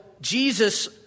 Jesus